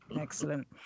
Excellent